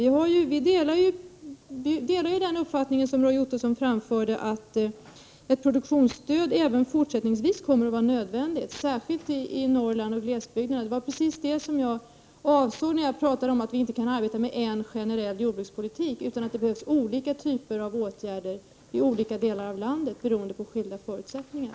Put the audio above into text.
Vi delar den uppfattning som Roy Ottosson framfört att ett produktionsstöd även fortsättningsvis kommer att vara nödvändigt, särskilt i Norrland och glesbygderna. Det var just det som jag avsåg när jag sade att vi inte kan arbeta med en, generell, jordbrukspolitik utan att det behövs olika typer av åtgärder i olika delar av landet, beroende på skilda förutsättningar.